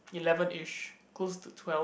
elevenish close to twelve